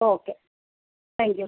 okay thank you